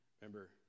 remember